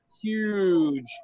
huge